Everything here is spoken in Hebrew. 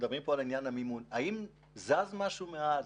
האם זז משהו מאז?